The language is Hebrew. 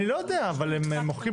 אני לא יודע, אבל הם מוחקים.